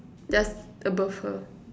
just above her